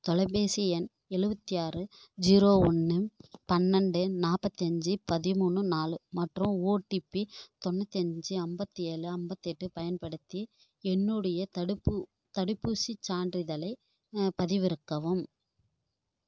தொலைபேசி எண் எழுவத்தி ஆறு ஜீரோ ஒன்று பன்னெண்டு நாற்பத்தி அஞ்சு பதிமூணு நாலு மற்றும் ஓடிபி தொண்ணூற்றி அஞ்சு ஐம்பத்தி ஏழு ஐம்பத்தி எட்டு பயன்படுத்தி என்னுடைய தடுப்பு தடுப்பூசி சான்றிதழைப் பதிவிறக்கவும்